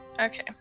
Okay